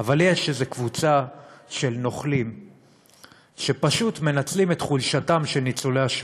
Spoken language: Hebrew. אבל יש איזו קבוצה של נוכלים שפשוט מנצלים את חולשתם של ניצולי השואה,